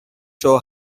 show